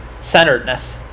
centeredness